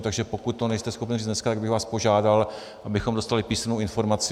Takže pokud to nejste schopen říct dneska, tak bych vás požádal, abychom dostali písemnou informaci.